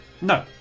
No